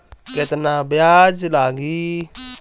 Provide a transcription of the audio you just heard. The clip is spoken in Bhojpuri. केतना ब्याज लागी?